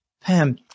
Pam